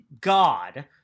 God